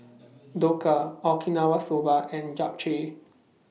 Dhokla Okinawa Soba and Japchae